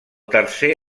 tercer